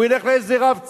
הוא ילך לאיזה רב "צהר"